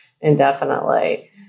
indefinitely